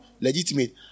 Legitimate